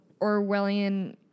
Orwellian